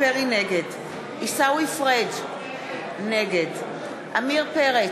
נגד עיסאווי פריג' נגד עמיר פרץ,